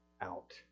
out